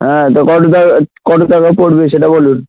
হ্যাঁ তো কত টা কত টাকা পড়বে সেটা বলুন